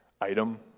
item